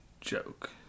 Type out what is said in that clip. joke